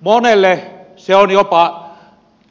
monelle se on jopa